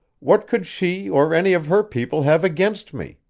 what could she or any of her people have against me?